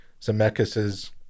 Zemeckis's